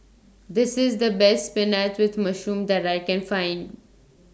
This IS The Best Spinach with Mushroom that I Can Find